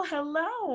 Hello